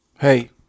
hey